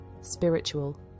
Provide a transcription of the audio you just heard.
spiritual